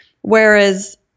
Whereas